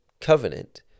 covenant